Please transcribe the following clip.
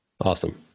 Awesome